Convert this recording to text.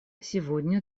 сегодня